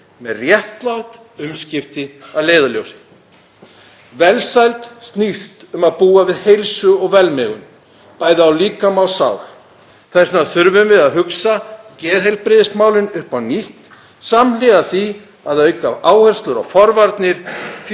með réttlát umskipti að leiðarljósi. Velsæld snýst um að búa við heilsu og velmegun, bæði á líkama og sál. Þess vegna þurfum við að hugsa geðheilbrigðismálin upp á nýtt, samhliða því að auka áherslu á forvarnir,